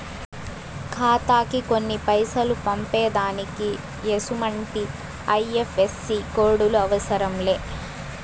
ఖాతాకి కొన్ని పైసలు పంపేదానికి ఎసుమంటి ఐ.ఎఫ్.ఎస్.సి కోడులు అవసరం లే